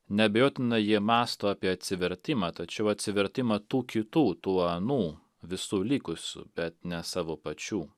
neabejotina jie mąsto apie atsivertimą tačiau atsivertimą tų kitų tų anų visų likusių bet ne savo pačių